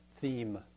theme